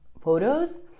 photos